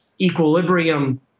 equilibrium